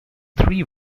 three